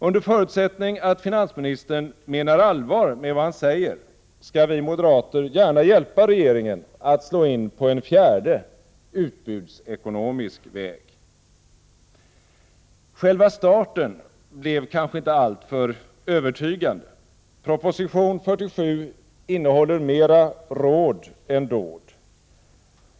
Under förutsättning att finansministern menar allvar med vad han säger skall vi moderater gärna hjälpa regeringen att slå in på en fjärde, utbudsekonomisk väg. Själva starten blev kanske inte alltför övertygande. Proposition 47 innehåller mera råd än dåd.